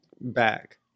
back